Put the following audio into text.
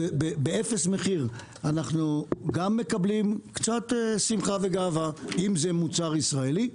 - באפס מחיר אנחנו גם מקבלים קצת שמחה וגאווה אם זה מוצר ישראלי,